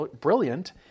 brilliant